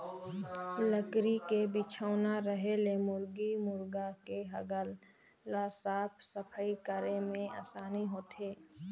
लकरी के बिछौना रहें ले मुरगी मुरगा के हगल ल साफ सफई करे में आसानी होथे